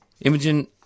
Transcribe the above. Imogen